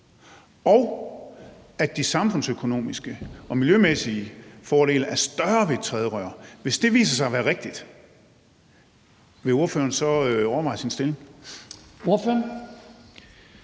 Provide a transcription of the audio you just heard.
og de samfundsøkonomiske og miljømæssige fordele er større ved et tredje rør. Hvis det viser sig at være rigtigt, vil ordføreren så overveje sin stilling?